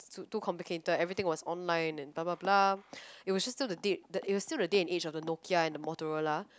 too complicated everything was online and blah blah blah it was just still the date that it was still the date and age of Nokia and Motorola